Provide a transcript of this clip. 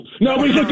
Nobody's